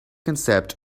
concept